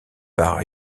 par